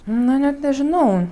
na net nežinau